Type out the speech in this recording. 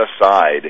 aside